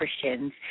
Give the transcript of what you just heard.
Christians